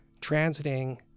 transiting